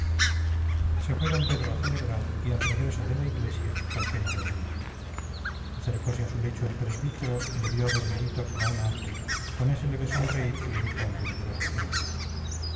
se fue d pedro a celebrar y al regreso de la iglesia calpena dormía acercose a su lecho el presbítero y le vio dormidito como un ángel con ese leve sonreír que indica un venturoso sueño